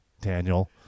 Daniel